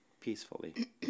peacefully